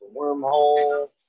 Wormhole